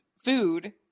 food